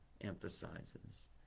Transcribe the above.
emphasizes